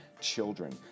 children